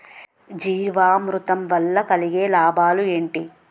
జీవామృతం వల్ల కలిగే లాభాలు ఏంటి?